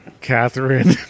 Catherine